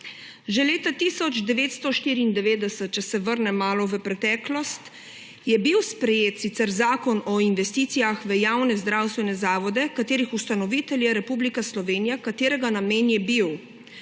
Že leta 1994, če se vrnem malo v preteklost, je bil sprejet sicer Zakon o investicijah v javne zdravstvene zavode, katerih ustanovitelj je Republika Slovenija, katerega namen je bil